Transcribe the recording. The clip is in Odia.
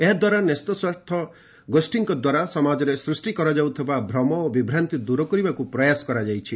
ଏହାଦ୍ୱାରା ନ୍ୟସ୍ତସ୍ୱାର୍ଥ ଗୋଷୀଙ୍କ ଦ୍ୱାରା ସମାଜରେ ସୃଷ୍ଟି କରାଯାଉଥିବା ଭ୍ରମ ଓ ବିଭ୍ରାନ୍ତି ଦୂର କରିବାକୁ ପ୍ରୟାସ କରାଯାଇଛି